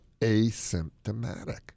asymptomatic